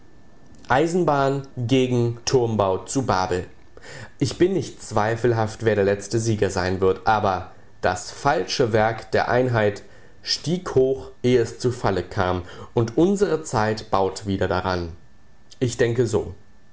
eisenbahn gegen turmbau zu babel ich bin nicht zweifelhaft wer der letzte sieger sein wird aber das falsche werk der einheit stieg hoch eh es zu falle kam und unsere zeit baut wieder daran ich denke so